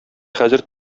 хәзер